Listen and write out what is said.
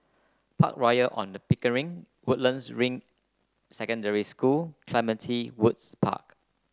Park Royal On The Pickering Woodlands Ring Secondary School Clementi Woods Park